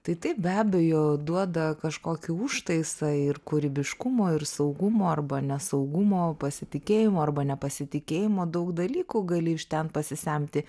tai taip be abejo duoda kažkokį užtaisą ir kūrybiškumo ir saugumo arba nesaugumo pasitikėjimo arba nepasitikėjimo daug dalykų gali iš ten pasisemti